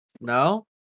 no